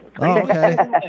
Okay